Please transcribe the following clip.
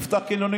נפתח קניונים,